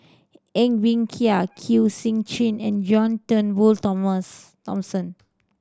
Ng Bee Kia Kwek Siew Jin and John Turnbull Thomas Thomson